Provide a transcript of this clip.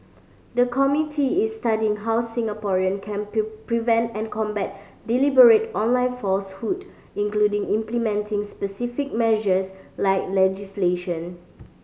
the committee is studying how Singaporean can prevent and combat deliberate online falsehood including implementing specific measures like legislation